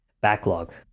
backlog